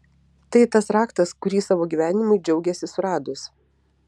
tai tas raktas kurį savo gyvenimui džiaugėsi suradus